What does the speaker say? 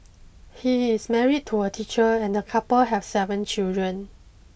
he is married to a teacher and the couple have seven children